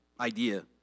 idea